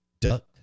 duck